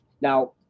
Now